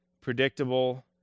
predictable